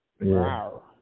Wow